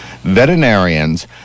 veterinarians